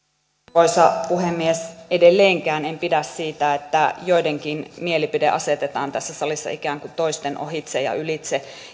arvoisa puhemies edelleenkään en pidä siitä että joidenkin mielipide asetetaan tässä salissa ikään kuin toisten ohitse ja ylitse